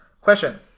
Question